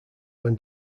when